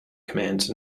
commands